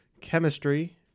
chemistry